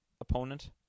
opponent